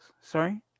Sorry